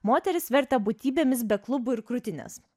moteris vertė būtybėmis be klubų ir krūtinės